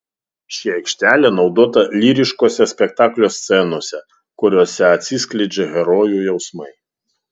ši aikštelė naudota lyriškose spektaklio scenose kuriose atsiskleidžia herojų jausmai